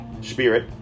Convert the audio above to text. spirit